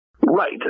Right